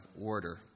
order